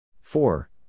four